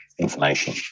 information